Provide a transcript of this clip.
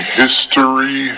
history